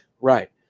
Right